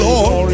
Lord